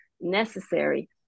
necessary